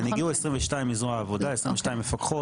כן, הגיעו 22 מזרוע עבודה 22 מפקחות.